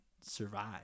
survive